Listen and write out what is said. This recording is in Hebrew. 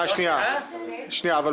אנחנו